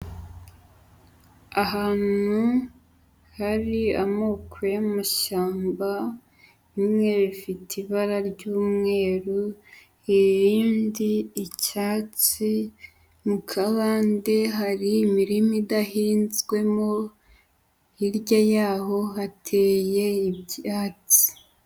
Ahantu hari amoko y'amashyamba bimwe bifite ibara ry'umweru irindi icyatsi, mu kabande hari imirima idahinzwemo, hirya y'aho hateye ibyatsi.